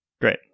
Great